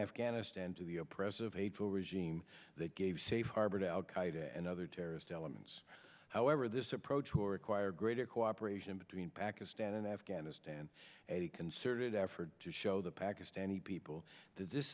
afghanistan to the oppressive hateful regime that gave safe harbor to al qaeda and other terrorist elements however this approach will require greater cooperation between pakistan and afghanistan and a concerted effort to show the pakistani people that this